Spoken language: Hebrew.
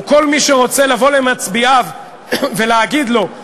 וכל מי שרוצה לבוא למצביעיו ולהגיד להם: